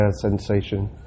sensation